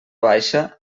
baixa